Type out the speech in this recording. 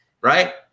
right